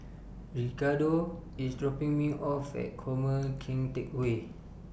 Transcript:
Ricardo IS dropping Me off At Former Keng Teck Whay